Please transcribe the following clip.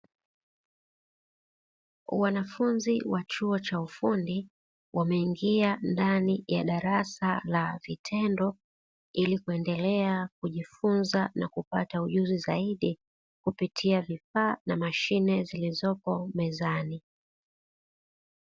Wanafunzi wa chuo cha ufundi wameingia ndani ya darasa la vitendo , ili kuendelea kujifunza na kupata ujuzi zaidi kupitia vifaa na mashine zilizopo mezani.